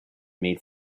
made